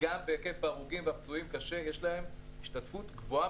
וגם בהיקף ההרוגים והפצועים קשה יש להם השתתפות גבוהה